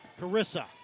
Carissa